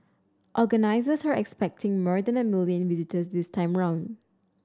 organisers are expecting more than a million visitors this time round